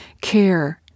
Care